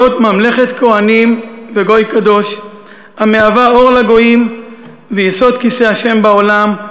להיות ממלכת כוהנים וגוי קדוש המהווה אור לגויים ויסוד כיסא ה' בעולם.